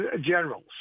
generals